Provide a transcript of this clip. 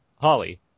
Holly